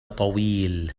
طويل